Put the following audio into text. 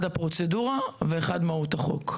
אחד הפרוצדורה, ואחד מהות החוק.